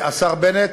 והשר בנט,